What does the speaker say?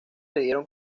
dieron